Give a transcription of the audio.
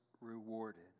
rewarded